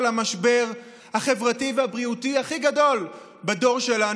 המשבר החברתי והבריאותי הכי גדול בדור שלנו,